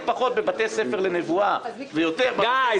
פחות בבתי ספר לנבואה ויותר בבתי הספר האלה --- די,